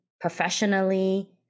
professionally